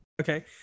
Okay